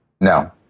No